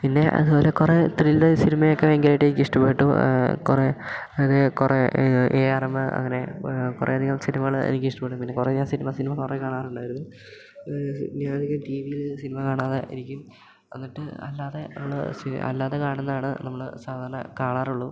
പിന്നെ അതുപോലെ കുറേ ത്രില്ലർ സിനിമയൊക്കെ ഭയങ്കരമായിട്ട് എനിക്കിഷ്ടപ്പെട്ടു കുറേ അത് കുറേ എ ഏ ആർ എമ്മ് അങ്ങനെ കുറേ അധികം സിനിമകൾ എനിക്കിഷ്ടപ്പെട്ടു പിന്നെ കുറേ ഞാൻ സിനിമ സിനിമ കുറേ കാണാറുണ്ടായിരുന്നു ഞാനധികം ടീ വീല് സിനിമ കാണാതെ ഇരിക്കും എന്നിട്ട് അല്ലാതെ ഉള്ള അല്ലാതെ കാണുന്നതാണ് നമ്മൾ സാധാരണ കാണാറുള്ളൂ